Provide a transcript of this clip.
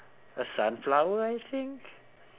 a sunflower I think